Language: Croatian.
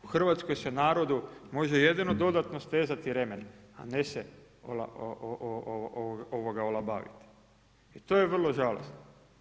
U Hrvatskoj se narodu može jedino dodatno stezati remen, a ne se olabaviti i to je vrlo žalosno.